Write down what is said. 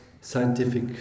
scientific